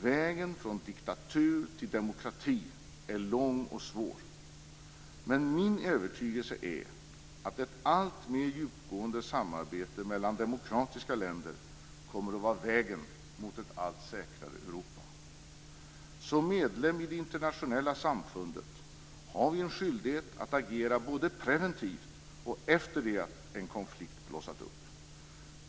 Vägen från diktatur till demokrati är lång och svår. Men min övertygelse är att ett alltmer djupgående samarbete mellan demokratiska länder kommer att vara vägen mot ett allt säkrare Europa. Som medlemmar i det internationella samfundet har vi en skyldighet att agera både preventivt och efter det att en konflikt blossat upp.